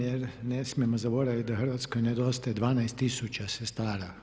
Jer ne smijemo zaboraviti da Hrvatskoj nedostaje 12 000 sestara.